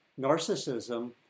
narcissism